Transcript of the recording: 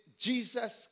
Jesus